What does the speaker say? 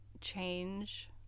change